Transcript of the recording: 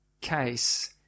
case